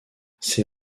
ses